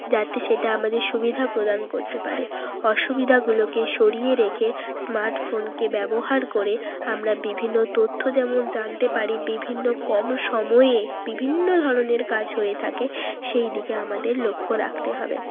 যাতে সেটা আমাদের সুবিধা প্রদান করতে পারে অসুবিধাগুলোকে সরিয়ে রেখে স্মার্টফোনকে ব্যবহার করে আমরা বিভিন্ন তথ্য যেমন জানতে পারি বিভিন্ন কম সময়ে বিভিন্ন ধরনের কাজ হয়ে থাকে সেই দিকে আমাদের লক্ষ্য রাখতে হবে